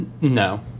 no